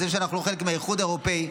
אנחנו חלק מהאיחוד האירופי,